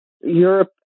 Europe